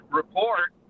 report